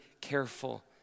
careful